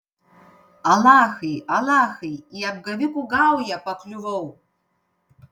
alachai alachai į apgavikų gaują pakliuvau